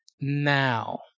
now